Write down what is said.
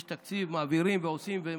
יש תקציב, מעבירים ועושים.